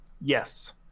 Yes